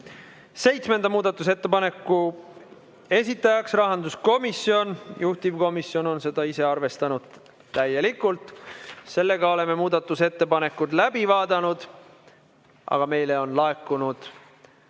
toetust. Seitsmenda muudatusettepaneku esitajaks on rahanduskomisjon, juhtivkomisjon on seda ise arvestanud täielikult. Oleme muudatusettepanekud läbi vaadanud. Aga meile on laekunud